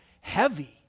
heavy